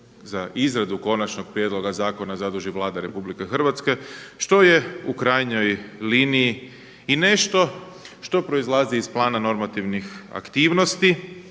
za izradu konačnog prijedloga zakona zaduži Vlada Republike Hrvatske što je u krajnjoj liniji i nešto što proizlazi iz plana normativnih aktivnosti